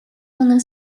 una